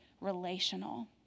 relational